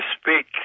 speak